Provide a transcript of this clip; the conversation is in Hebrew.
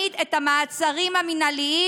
האנשים האלה?